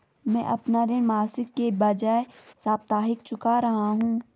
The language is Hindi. मैं अपना ऋण मासिक के बजाय साप्ताहिक चुका रहा हूँ